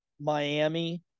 Miami